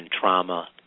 trauma